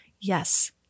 Yes